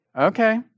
Okay